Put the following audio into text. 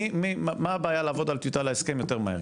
מה הבעיה לעבוד על טיוטה להסכם יותר מהר,